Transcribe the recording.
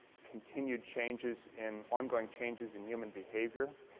continued changes in ongoing changes in human behavior